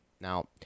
Now